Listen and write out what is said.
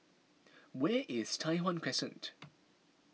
where is Tai Hwan Crescent